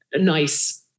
nice